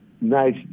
Nice